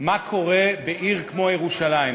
מה קורה בעיר כמו ירושלים.